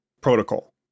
Protocol